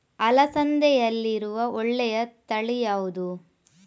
ಅಲಸಂದೆಯಲ್ಲಿರುವ ಒಳ್ಳೆಯ ತಳಿ ಯಾವ್ದು?